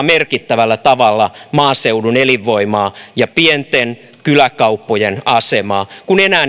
merkittävällä tavalla maaseudun elinvoimaa ja pienten kyläkauppojen asemaa kun enää